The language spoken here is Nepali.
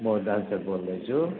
म डान्सर बोल्दैछु